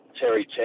Terry